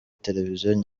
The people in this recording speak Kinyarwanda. televiziyo